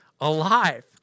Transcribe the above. alive